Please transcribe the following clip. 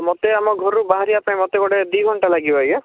ମୋତେ ଆମ ଘରୁ ବାହାରିବା ପାଇଁ ମୋତେ ଗୋଟେ ଦୁଇ ଘଣ୍ଟା ଲାଗିବ ଆଜ୍ଞା